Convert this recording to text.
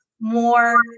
more